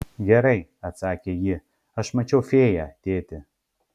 gerai atsakė ji aš mačiau fėją tėti